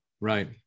Right